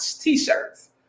t-shirts